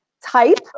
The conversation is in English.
type